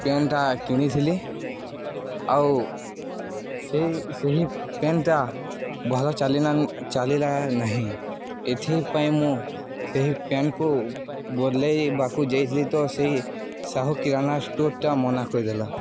ପେନ୍ଟା କିଣିଥିଲି ଆଉ ସେ ସେହି ପେନ୍ଟା ଭଲ ଚାଲିଲା ଚାଲିଲା ନାହିଁ ଏଥିପାଇଁ ମୁଁ ସେହି ପେନ୍କୁ ବଦଳାଇବାକୁ ଯାଇଥିଲି ତ ସେଇ ସାହୁ କିରାନା ଷ୍ଟୋର୍ଟା ମନା କହିଦେଲା